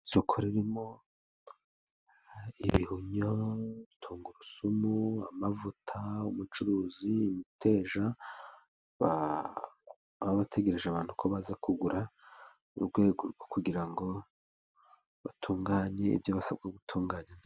Isoko ririmo: ibihumyo, tungurusumu, amavuta, ubucuruzi imiteja, baba bategereje abantu ko baza kugura mu urwego rwo kugira ngo batunganye ibyo basabwa gutunganya .